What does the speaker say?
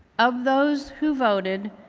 of those who voted,